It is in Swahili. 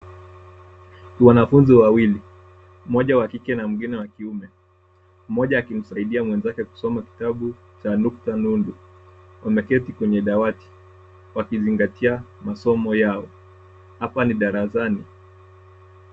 Wanafunzi wawili, mmoja wa kike na mwingine wa kiume. Mmoja akimsaidia mwenzake kusoma kitabu cha nukta nundu, wameketi kwenye dawati wakizingatia masomo yao. Hapa ni darasani.